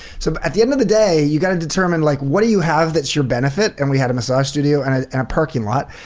so at the end of the day, you gotta determine, like, what do you have that's your benefit? and we had a massage studio and a parking lot.